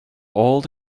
old